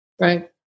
Right